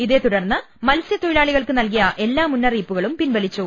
ഇതേതുടർന്ന് മത്സ്യത്തൊഴിലാളികൾക്ക് നൽകിയ എല്ലാ മുന്നറിയിപ്പുകളും പിൻവലിച്ചു